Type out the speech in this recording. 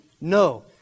No